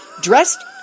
dressed